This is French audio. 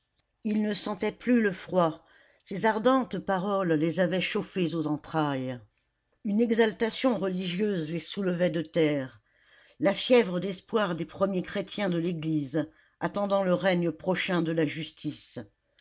ils ne sentaient plus le froid ces ardentes paroles les avaient chauffés aux entrailles une exaltation religieuse les soulevait de terre la fièvre d'espoir des premiers chrétiens de l'église attendant le règne prochain de la justice